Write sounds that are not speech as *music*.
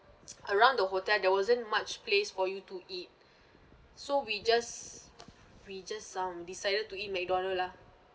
*noise* around the hotel there wasn't much place for you to eat *breath* so we just we just um decided to eat McDonald's lah